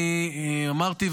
אמרתי,